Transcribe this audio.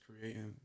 creating